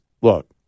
look